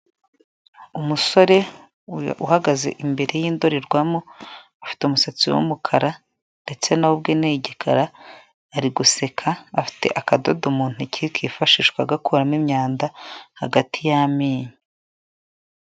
Umusore uhagaze imbere y'indorerwamo, afite umusatsi w'umukara ndetse na we ubwe ni igikara ari guseka, afite akadodo mu ntoki kifashishwa gakuramo imyanda hagati y'amenyo.